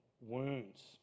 wounds